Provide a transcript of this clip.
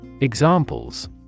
Examples